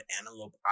Antelope